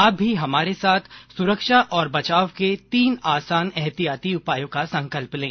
आप भी हमारे साथ सुरक्षा और बचाव के तीन आसान एहतियाती उपायों का संकल्प लें